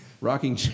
Rocking